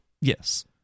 Yes